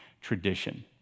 tradition